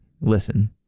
listen